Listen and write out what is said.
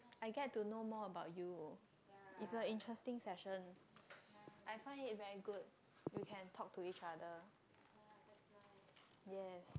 I get to know more about you it's a interesting session I find it very good